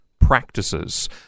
practices